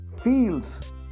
feels